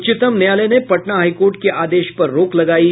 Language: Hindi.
उच्चतम न्यायालय ने पटना हाईकोर्ट के आदेश पर रोक लगायी